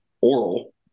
oral